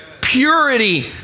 purity